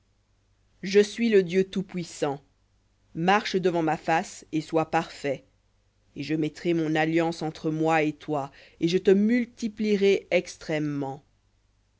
je suis le dieu tout-puissant marche devant ma face et sois parfait et je mettrai mon alliance entre moi et toi et je te multiplierai extrêmement